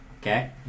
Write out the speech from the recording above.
okay